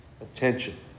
attention